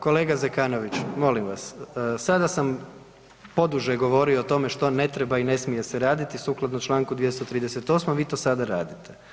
Kolega Zekanović, molim vas sada sam poduže govorio o tome što ne treba i ne smije se raditi sukladno čl. 238. vi to sada radite.